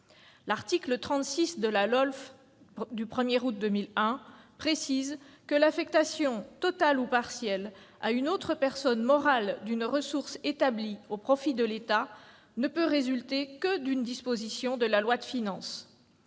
aux lois de finances du 1 août 2001 précise que « l'affectation, totale ou partielle, à une autre personne morale d'une ressource établie au profit de l'État ne peut résulter que d'une disposition de la loi de finances.